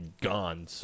gone